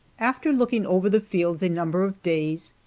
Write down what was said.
after looking over the fields a number of days,